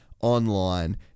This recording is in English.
online